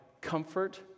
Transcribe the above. comfort